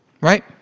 Right